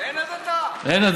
אין הדתה.